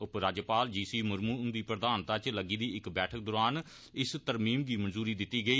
उप राज्यपाल G C Murmu ह्न्दी प्रधानता च लग्गी दी इक बैठक दौरान इस तरमीम गी मंजूरी दिती गेई